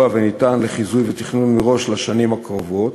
וניתן לחיזוי ותכנון מראש לשנים הקרובות,